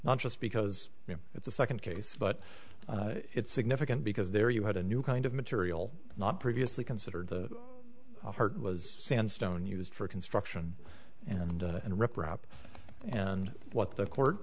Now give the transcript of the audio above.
not just because it's a second case but it's significant because there you had a new kind of material not previously considered the heart was sandstone used for construction and and rip rap and what the court